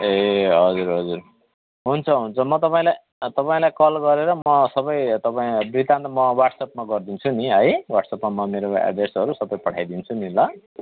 ए हजुर हजुर हुन्छ हुन्छ म तपाईँलाई तपाईँलाई कल गरेर म सबै तपाईँ वृतान्त म वाट्सएपमा गरिदिन्छु नि है वाट्सएपमा म मेरोमा एड्रेसहरू सबै पठाइदिन्छु नि ल